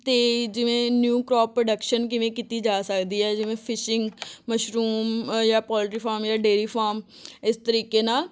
ਅਤੇ ਜਿਵੇਂ new crop production ਕਿਵੇਂ ਕੀਤੀ ਜਾ ਸਕਦੀ ਆ ਜਿਵੇਂ ਫਿਸ਼ਿੰਗ ਮਸ਼ਰੂਮ ਜਾਂ ਪੋਲਟਰੀ ਫਾਰਮ ਆ ਡੇਰੀ ਫਾਰਮ ਇਸ ਤਰੀਕੇ ਨਾਲ